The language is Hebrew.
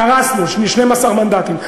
קרסנו ל-12 מנדטים.